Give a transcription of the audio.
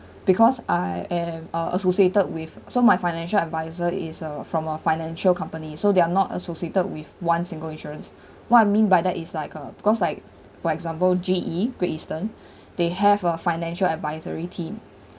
because I am uh associated with so my financial advisor is a from a financial company so they're not associated with one single insurance what I mean by that is like a because like for example G_E Great Eastern they have a financial advisory team